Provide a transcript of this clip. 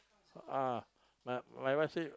ah my my wife say